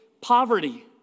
poverty